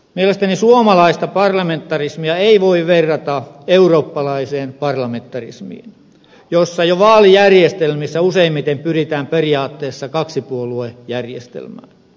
mielestäni suomalaista parlamentarismia ei voi verrata eurooppalaiseen parlamentarismiin jossa jo vaalijärjestelmissä useimmiten pyritään periaatteessa kaksipuoluejärjestelmään